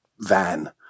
van